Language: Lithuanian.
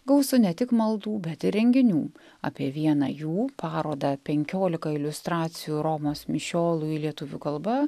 gausu ne tik maldų bet ir renginių apie vieną jų parodą penkiolika iliustracijų romos mišiolui lietuvių kalba